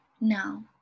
now